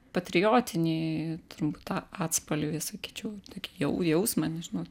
patriotinį turbūt atspalvį sakyčiau tokį jau jausmą nežinau